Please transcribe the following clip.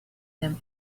them